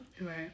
Right